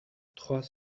trois